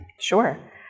Sure